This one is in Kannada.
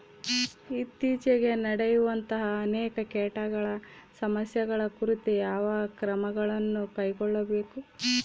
ಇತ್ತೇಚಿಗೆ ನಡೆಯುವಂತಹ ಅನೇಕ ಕೇಟಗಳ ಸಮಸ್ಯೆಗಳ ಕುರಿತು ಯಾವ ಕ್ರಮಗಳನ್ನು ಕೈಗೊಳ್ಳಬೇಕು?